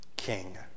King